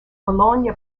bologna